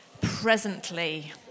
presently